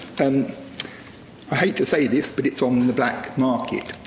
um i hate to say this, but it's on the black market.